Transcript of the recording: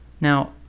Now